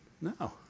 No